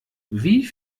wie